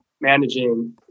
managing